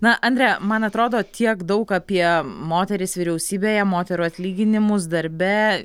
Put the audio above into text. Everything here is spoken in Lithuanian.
na andre man atrodo tiek daug apie moteris vyriausybėje moterų atlyginimus darbe